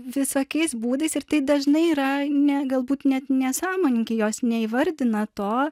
visokiais būdais ir tai dažnai yra ne galbūt net nesąmoningai jos neįvardina to